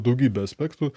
daugybė aspektų